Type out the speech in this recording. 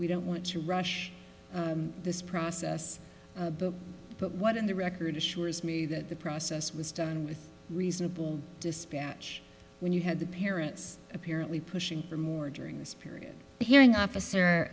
we don't want to rush this process but what in the record assures me that the process was done with reasonable dispatch when you had the parents apparently pushing for more during this period hearing officer